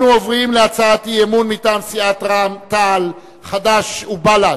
אנחנו עוברים להצעת אי-אמון מטעם סיעות רע"ם-תע"ל חד"ש ובל"ד,